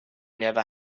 never